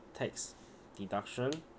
tax deduction